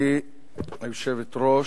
גברתי היושבת-ראש,